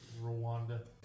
Rwanda